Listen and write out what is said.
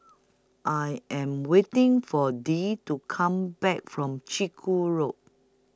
I Am waiting For Dee to Come Back from Chiku Road